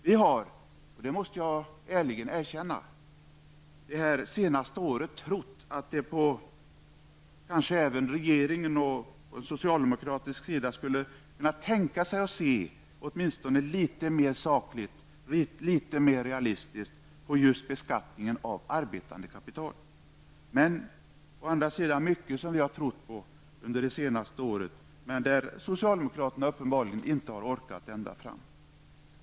Vi har, det måste jag ärligen erkänna, det senaste året trott på att kanske även regeringen och socialdemokraterna skulle kunna tänka sig att se åtminstone litet mera sakligt och realistiskt på just beskattningen av arbetande kapital. Men det är å andra sidan mycket vi har trott på under det senaste året -- men där socialdemokraterna uppenbarligen inte orkat ända fram.